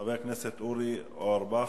חבר הכנסת אורי אורבך,